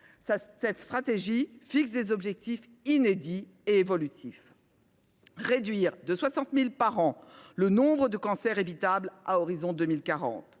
Cette stratégie fixe des objectifs inédits et évolutifs : diminuer de 60 000 par an le nombre de cancers évitables à l’horizon de 2040